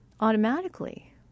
automatically